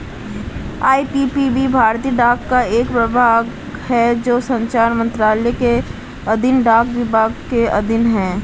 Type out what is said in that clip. IPPB भारतीय डाक का एक प्रभाग है जो संचार मंत्रालय के अधीन डाक विभाग के अधीन है